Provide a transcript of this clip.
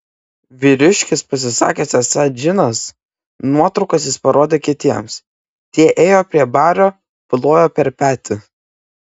vyriškis pasisakė esąs džinas nuotraukas jis parodė kitiems tie ėjo prie bario plojo per petį